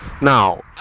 now